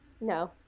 No